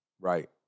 Right